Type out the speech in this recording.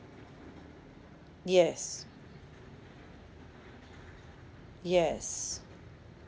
yes yes